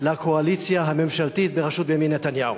לקואליציה הממשלתית בראשות בנימין נתניהו.